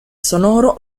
sonoro